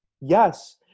yes